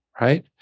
right